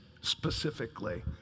specifically